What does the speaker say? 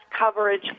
coverage